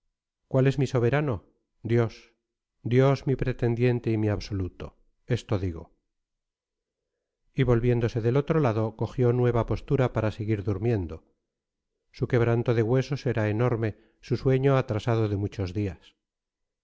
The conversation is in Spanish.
cuál es mi soberano dios dios mi pretendiente y mi absoluto esto digo y volviéndose del otro lado cogió nueva postura para seguir durmiendo su quebranto de huesos era enorme su sueño atrasado de muchos días